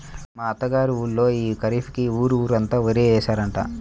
మా అత్త గారి ఊళ్ళో యీ ఖరీఫ్ కి ఊరు ఊరంతా వరే యేశారంట